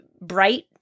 bright